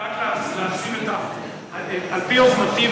על-פי יוזמתי,